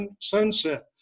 sunset